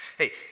hey